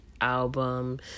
album